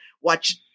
watch